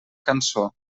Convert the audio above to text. cançó